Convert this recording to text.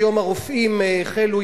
היום הרופאים החלו,